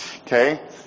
okay